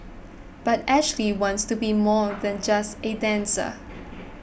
but Ashley wants to be more than just a dancer